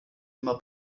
immer